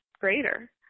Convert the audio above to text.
greater